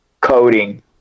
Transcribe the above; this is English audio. coding